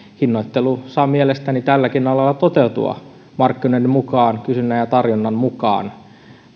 hinnoittelu saa mielestäni tälläkin alalla toteutua markkinoiden mukaan kysynnän ja tarjonnan mukaan